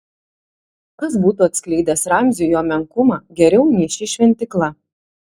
kas būtų atskleidęs ramziui jo menkumą geriau nei ši šventykla